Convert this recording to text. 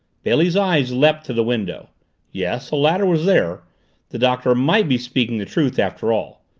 bailey's eyes leaped to the window yes a ladder was there the doctor might be speaking the truth after all.